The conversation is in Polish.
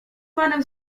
panem